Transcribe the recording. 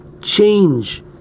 change